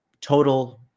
total